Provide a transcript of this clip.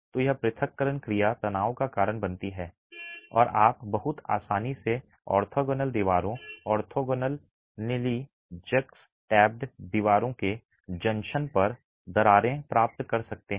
तो यह पृथक्करण क्रिया तनाव का कारण बनती है और आप बहुत आसानी से ऑर्थोगोनल दीवारों ऑर्थोगोननलली जक्सटैप्ड दीवारों के जंक्शन पर दरारें प्राप्त कर सकते हैं